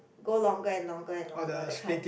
go longer and longer and longer that kind